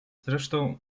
zresztą